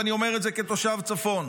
ואני אומר את זה כתושב הצפון,